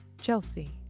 Chelsea